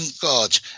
god